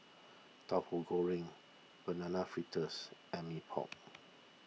Tauhu Goreng Banana Fritters and Mee Pok